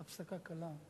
הפסקה קלה.